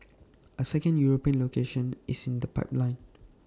A second european location is in the pipeline